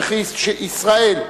וכי ישראל,